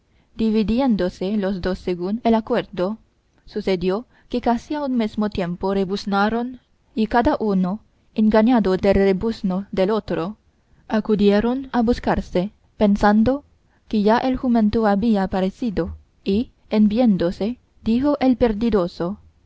dividiéndose los dos según el acuerdo sucedió que casi a un mesmo tiempo rebuznaron y cada uno engañado del rebuzno del otro acudieron a buscarse pensando que ya el jumento había parecido y en viéndose dijo el perdidoso